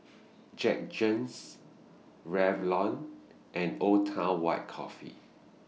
Jergens Revlon and Old Town White Coffee